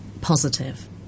positive